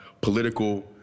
political